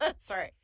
sorry